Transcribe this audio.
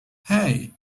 hey